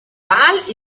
wal